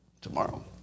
tomorrow